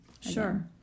sure